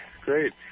Great